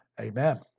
amen